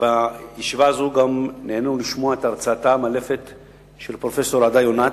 בישיבה הזאת גם נהנינו לשמוע את הרצאתה המאלפת של פרופסור עדה יונת,